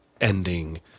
ending